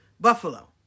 Buffalo